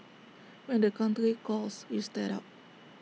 when the country calls you step up